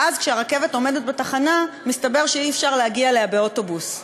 ואז כשהרכבת עומדת בתחנה מסתבר שאי-אפשר להגיע אליה באוטובוס.